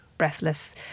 breathless